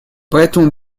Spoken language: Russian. поэтому